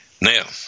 Now